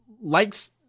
likes